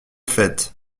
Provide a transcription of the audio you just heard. fait